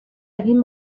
egin